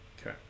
Okay